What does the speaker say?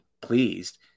pleased